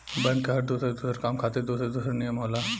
bank के हर दुसर दुसर काम खातिर दुसर दुसर नियम होला